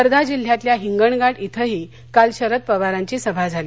वर्धा जिल्ह्यातल्या हिंगणघाट इथंही काल शरद पवारांची सभा झाली